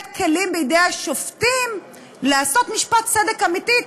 לתת כלים בידי השופטים לעשות משפט צדק אמיתי,